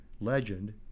legend